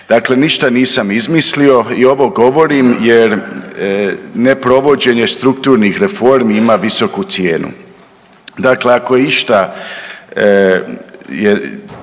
Dakle, ništa nisam izmislio i ovo govorim jer neprovođenje strukturnih reformi ima visoku cijenu. Dakle, ako je išta